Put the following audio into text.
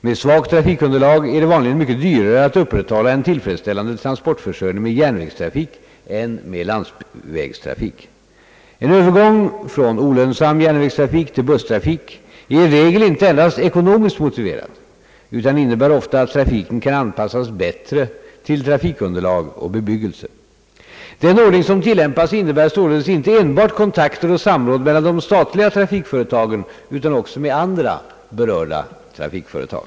Med svagt trafikunderlag är det vanligen mycket dyrare att upprätthålla en tillfredsställande transportförsörjning med järnvägstrafik än med landsvägstrafik. En övergång från olönsam järnvägstrafik till busstrafik är i regel inte endast ekonomiskt motiverad utan innebär ofta att trafiken kan anpassas bättre till trafikunderlag och bebyggelse. Den ordning som tillämpas innebär således inte enbart kontakter och samråd mellan de statliga trafikföretagen utan också med andra berörda trafikföretag.